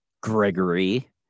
Gregory